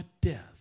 death